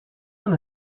una